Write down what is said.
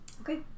Okay